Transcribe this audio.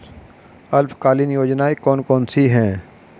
अल्पकालीन योजनाएं कौन कौन सी हैं?